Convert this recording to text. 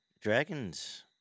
Dragons